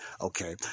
Okay